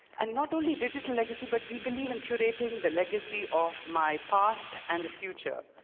and not only digital legacy but we believe in curating the legacy of my past and future.